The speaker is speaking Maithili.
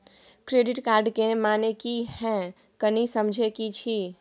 क्रेडिट कार्ड के माने की हैं, कनी समझे कि छि?